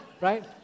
right